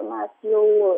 mes jau